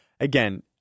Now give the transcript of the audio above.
again